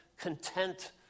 content